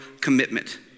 commitment